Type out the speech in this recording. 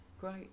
great